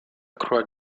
croix